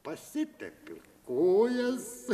pasitepiu kojas